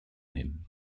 him